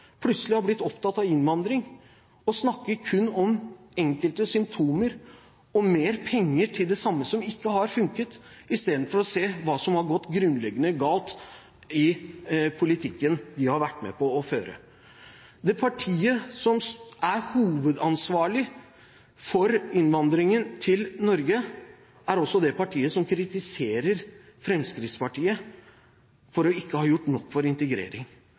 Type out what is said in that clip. plutselig har blitt opptatt av innvandring og kun snakker om enkelte symptomer og mer penger til det samme som ikke har fungert, i stedet for å se på hva som har gått grunnleggende galt i politikken de har vært med på å føre. Det partiet som er hovedansvarlig for innvandringen til Norge, er også det partiet som kritiserer Fremskrittspartiet for ikke å ha gjort nok for integrering.